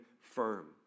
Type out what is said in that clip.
firm